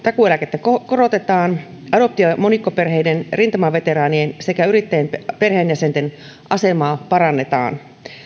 takuueläkettä korotetaan adoptio ja ja monikkoperheiden rintamaveteraanien sekä yrittäjien perheenjäsenten asemaa parannetaan